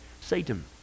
Satan